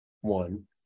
one